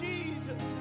Jesus